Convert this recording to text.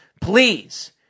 please